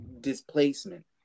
displacement